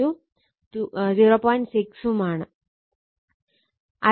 6 ഉം ആണ്